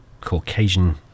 Caucasian